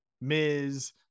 Miz